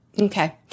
Okay